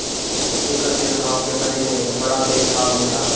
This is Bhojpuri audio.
एकर तेल घाव के भरे में बड़ा तेज काम देला